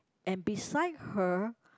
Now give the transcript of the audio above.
and beside her